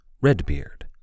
Redbeard